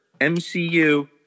MCU